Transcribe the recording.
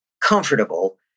comfortable